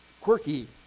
quirky